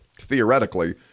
theoretically